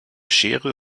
schere